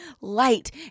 light